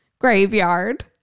graveyard